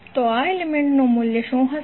તો આ એલિમેન્ટ્નું મૂલ્ય શું હશે